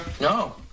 No